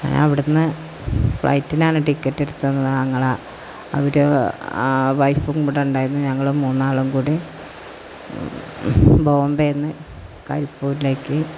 ഞാനവിടുന്ന് ഫ്ലൈറ്റിനാണ് ടിക്കറ്റെടുത്തു തന്നത് ആങ്ങള അവരും വൈഫും കൂടെ ഉണ്ടായിരുന്നു ഞങ്ങള് മൂന്നാളും കൂടി ബോംബെയില്നിന്ന് കരിപ്പൂരിലേക്ക്